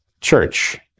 church